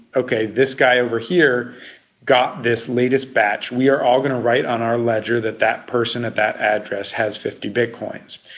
okay, this guy over here got this latest batch, we are all going to write on our ledger that that person at that address has fifty bitcoins.